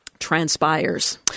transpires